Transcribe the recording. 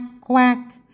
quack